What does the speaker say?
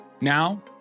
Now